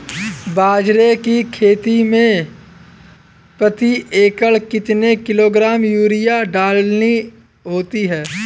बाजरे की खेती में प्रति एकड़ कितने किलोग्राम यूरिया डालनी होती है?